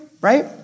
right